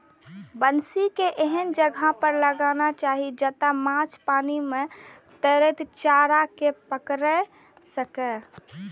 बंसी कें एहन जगह पर लगाना चाही, जतय माछ पानि मे तैरैत चारा कें पकड़ि सकय